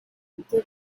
the